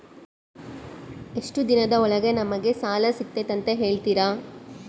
ಎಷ್ಟು ದಿನದ ಒಳಗೆ ನಮಗೆ ಸಾಲ ಸಿಗ್ತೈತೆ ಅಂತ ಹೇಳ್ತೇರಾ?